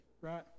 right